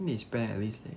I think they spent at least